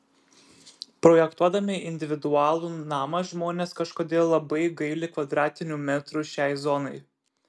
projektuodami individualų namą žmonės kažkodėl labai gaili kvadratinių metrų šiai zonai